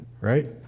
Right